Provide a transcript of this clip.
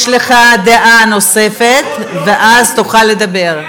יש לך דעה נוספת, ואז תוכל לדבר.